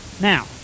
Now